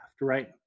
right